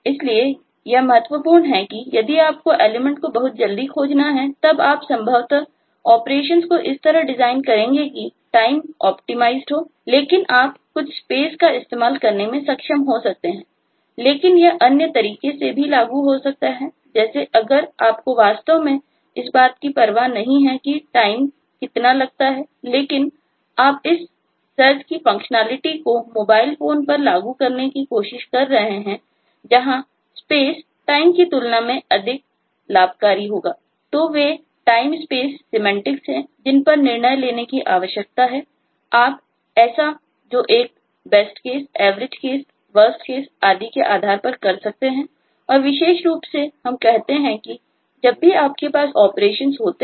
इसलिए यह महत्वपूर्ण है कि यदि आपको एलिमेंट्स को बहुत जल्दी खोजना हैं तब आप संभवतः ऑपरेशंस को इस तरह डिजाइन करेंगे कि टाइम की तुलना में अधिक लाभकारी होगा